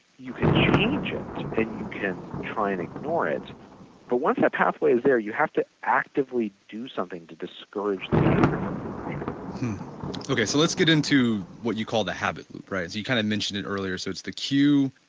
you can change it and you can try and ignore it but once that pathway is there, you have to actively do something to discourage the behavior from immersion okay. so, let's get into what you called the habit. so, you kind of mentioned it earlier. so, it's the cue,